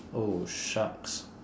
oh shucks